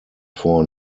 four